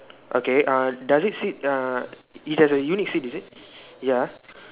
okay uh does it sit uh it has a unique seat is it ya